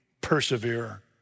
persevere